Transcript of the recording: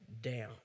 down